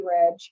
reg